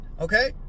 Okay